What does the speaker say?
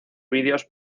videos